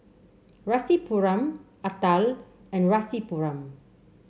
Rasipuram Atal and Rasipuram